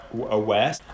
aware